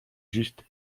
juste